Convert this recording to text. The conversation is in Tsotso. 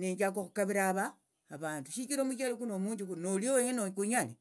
Nenjaka okhukavira ava avandu shichira omuchele kuno omunji kuno nolie wenyene nokunyale